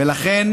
ולכן